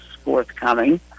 forthcoming